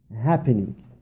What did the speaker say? happening